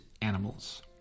animals